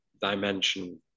dimension